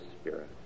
Spirit